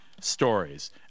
stories